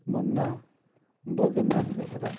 ମର୍ ନାଁ ବଦ୍ରୀନାଥ୍ ବେହେରା